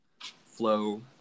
flow